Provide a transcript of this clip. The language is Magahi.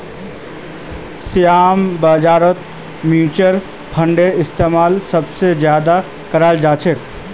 शेयर बाजारत मुच्युल फंडेर इस्तेमाल सबसे ज्यादा कराल जा छे